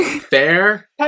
Fair